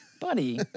buddy